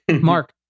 Mark